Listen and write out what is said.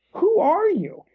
who are you?